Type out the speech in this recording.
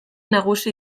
nagusi